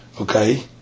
okay